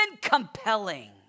compelling